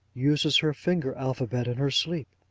uses her finger alphabet in her sleep.